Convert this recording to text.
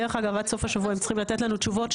דרך אגב עד סוף השבוע הם צריכים לתת לנו תשובות.